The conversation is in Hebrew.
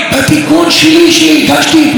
שוויון אמיתי בין כלל האזרחים,